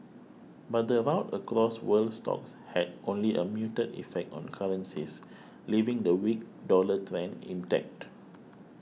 but the rout across world stocks had only a muted effect on currencies leaving the weak dollar trend intact